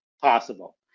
possible